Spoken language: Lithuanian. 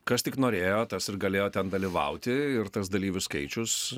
kas tik norėjo tas ir galėjo ten dalyvauti ir tas dalyvių skaičius